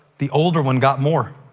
the older one got more.